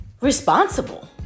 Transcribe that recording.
responsible